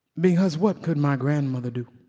because what could my grandmother do,